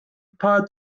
paar